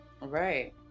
Right